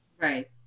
right